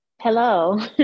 Hello